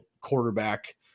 quarterback